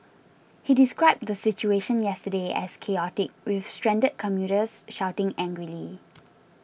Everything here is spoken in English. he described the situation yesterday as chaotic with stranded commuters shouting angrily